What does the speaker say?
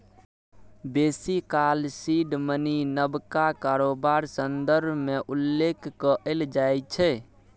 बेसी काल seed money नबका कारोबार संदर्भ मे उल्लेख कएल जाइ छै